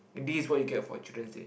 this is what you get for Children's Day